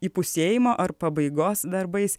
įpusėjimo ar pabaigos darbais